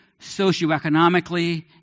socioeconomically